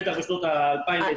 בטח בשנות 2020,